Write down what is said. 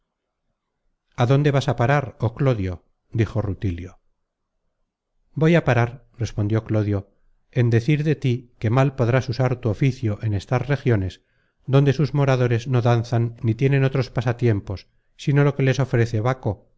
a dónde vas á parar oh clodio dijo rutilio voy á parar respondió clodio en decir de tí que mal podrás usar tu oficio en estas regiones donde sus moradores no danzan ni tienen otros pasatiempos sino lo que les ofrece baco